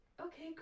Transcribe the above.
okay